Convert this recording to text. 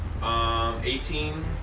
18